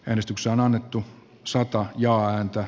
edistyksen etu saattaa jo antaa